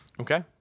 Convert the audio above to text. Okay